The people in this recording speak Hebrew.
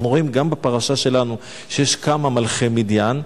אנחנו רואים גם בפרשה שלנו שיש כמה מלכי מדיין,